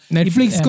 Netflix